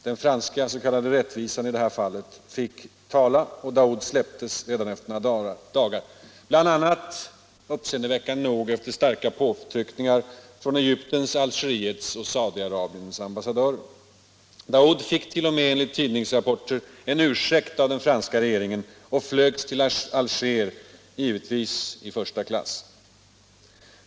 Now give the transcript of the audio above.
Den franska ”rättvisan” fick tala, och Daoud släpptes redan efter några dagar, bl.a. — uppseendeväckande nog -— efter starka påtryckningar från Egyptens, Algeriets och Saudiarabiens ambassadörer. Daoud fick t.o.m., enligt tidningsrapporter, en ursäkt av den franska regeringen och flögs till Alger, givetvis i första klass!